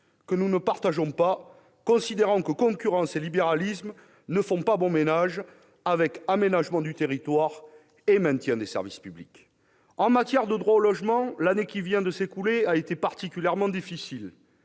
que nous ne partageons pas, considérant que concurrence et libéralisme ne font pas bon ménage avec aménagement du territoire et maintien des services publics. En matière de droit au logement, l'année qui vient de s'écouler a été particulièrement difficile,